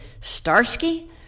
Starsky